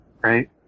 right